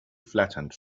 flattened